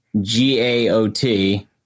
G-A-O-T